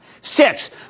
Six